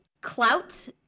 clout